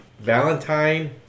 Valentine